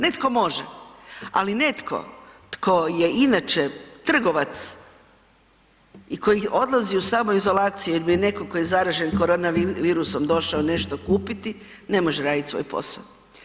Netko može, ali netko tko je inače trgovac i koji odlazi u samoizolaciju ili netko tko je zaražen koronavirusom došao nešto kupiti, ne može raditi svoj posao.